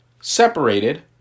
Separated